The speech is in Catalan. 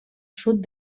sud